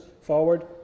forward